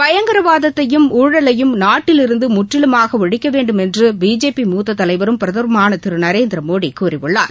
பயங்கரவாதத்தையும் ஊழலையும் நாட்டிலிருந்து முற்றிலுமாக ஒழிக்கவேண்டும் என்று பிஜேபி மூத்த தலைவரும் பிரதமருமான திரு நரேந்திரமோடி கூறியுள்ளார்